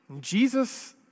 Jesus